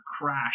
Crash